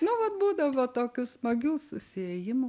nu vat būdavo tokių smagių susiėjimų